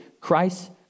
Christ